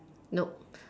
nope